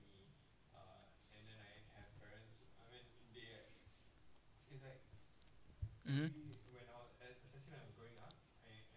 mmhmm